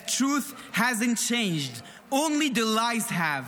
That truth hasn't changed, only the lies have.